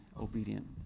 obedient